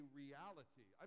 reality